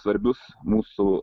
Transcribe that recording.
svarbius mūsų